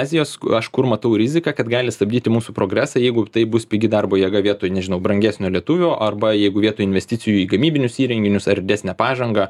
azijos aš kur matau riziką kad gali stabdyti mūsų progresą jeigu tai bus pigi darbo jėga vietoj nežinau brangesnio lietuvio arba jeigu vietoj investicijų į gamybinius įrenginius ar didesnę pažangą